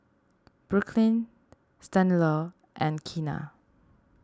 Brooklyn Stanislaus and Keena